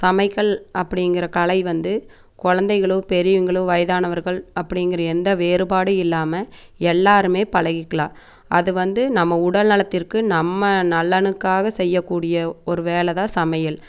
சமையல் அப்படிங்குற கலை வந்து குழந்தைங்களும் பெரியவர்களும் வயதானவர்கள் அப்படிங்குற எந்த வேறுபாடும் இல்லாமல் எல்லாருமே பழகிக்கிலாம் அது வந்து நம்ம உடல் நலத்திற்கு நம்ம நலனுக்காக செய்யக்கூடிய ஒரு வேலைதான் சமையல்